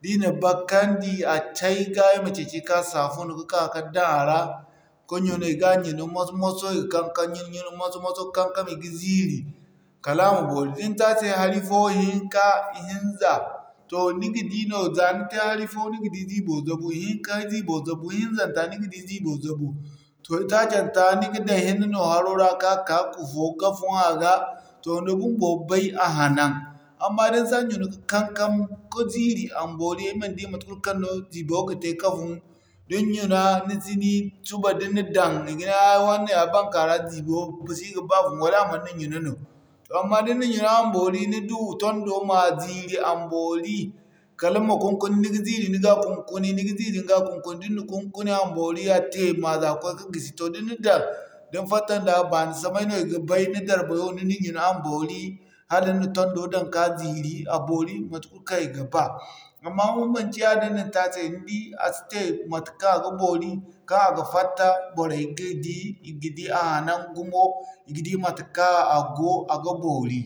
di i na bakandi a tay ga i ma ceeci ka safun ka'ka ka daŋ a ra ka ɲuna, i ga ɲuna moso-moso i ga kankam ɲunu-ɲunu moso-moso i ga kankam i ga ziiri kala a ma boori din te a se hari fo ihinka, ihinza toh ni ga di no za ni te hari fo ni ga di ziibo zabu ihinka ziibo zabu ihinzanta ni ga di ziibo zabu toh i taacanta ni ga dan hinne no haro ra, ka'ka kufo ga fun a ra. Toh ni bumbo bay a hanan amma da ni sa ɲuna ka kankam ka ziiri a ma boori ay man di mate kul kaŋ no ziibo ga te ka fun. Din ɲuna ni zini suba da ni na daŋ i ga ne ah wane ya baŋkara ziibo si ga ba fun wala a manna ɲuna no. Toh amma da ni na ɲuna a ma boori ni du tondo ma ziiri a ma boori kala ma kunkuni ni ga ziiri ni ga kunkuni ni ga ziiri ni ga kunkuni a ma boori a te ma za ka'koy ka gisi. Toh da ni na dan din fatta nda bani samay no i ga bay ni darbayo ni na ɲuna a ma boori hala ni na tondo daŋ ka ziiri a boori mate kul kaŋ i ga ba. Amma da manci yaadin no ni te a se ni di a si te matekaŋ a ga boori kaŋ a ga fatta, boray ga di a hanan gumo i ga di matekaŋ a go a ga boori.